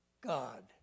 God